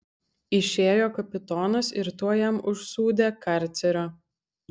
išėjo kapitonas ir tuoj jam užsūdė karcerio